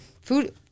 Food